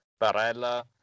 Barella